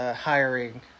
hiring